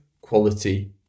quality